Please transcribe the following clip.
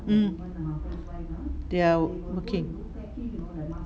mm they're working